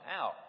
out